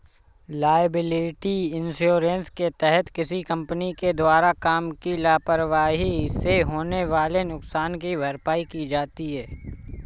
liability insurance के तहत किसी कंपनी के द्वारा काम की लापरवाही से होने वाले नुकसान की भरपाई की जाती है